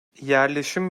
yerleşim